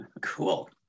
Cool